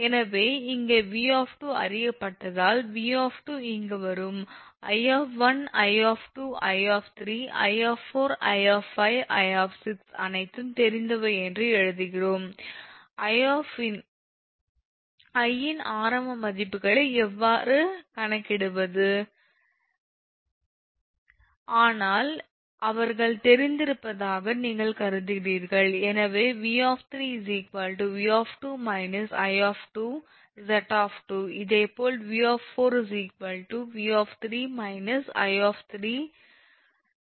எனவே இங்கே 𝑉 அறியப்பட்டதால் 𝑉 இங்கு வரும் 𝐼 𝐼 𝐼 𝐼 𝐼 𝐼 அனைத்தும் தெரிந்தவை என்று கருதுவோம் I இன் ஆரம்ப மதிப்புகளை எவ்வாறு கணக்கிடுவது ஆனால் அவர்கள் தெரிந்திருப்பதாக நீங்கள் கருதுகிறீர்கள் எனவே 𝑉 𝑉 −𝐼 𝑍 இதேபோல் 𝑉 𝑉 −𝐼 3